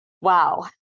wow